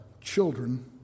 children